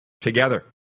together